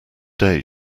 day